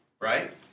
Right